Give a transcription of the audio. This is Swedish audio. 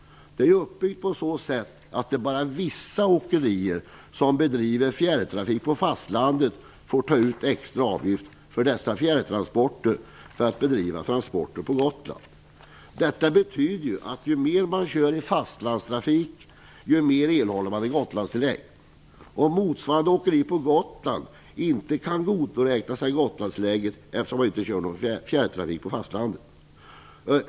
Det är uppbyggt så att det bara är vissa åkerier som bedriver fjärrtrafik på fastlandet som får ta ut extra avgifter för dessa fjärrtransporter för att bedriva transporter på Gotland. Detta betyder ju att ju mer man kör i fastlandstrafik desto mer erhåller man i Gotlandstillägg. Motsvarande åkeri på Gotland kan inte tillgodoräkna sig Gotlandstillägget eftersom de inte kör någon fjärrtrafik på fastlandet.